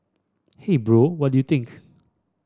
hey bro what do you think